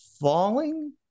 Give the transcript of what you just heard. falling